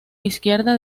izquierda